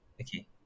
okay